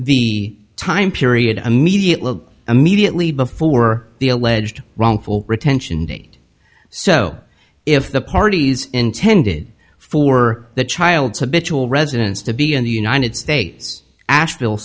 the time period immediately immediately before the alleged wrongful retention date so if the parties intended for the child to bitch all residents to be in the united states asheville